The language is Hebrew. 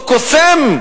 באותו קוסם,